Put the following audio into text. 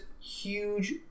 huge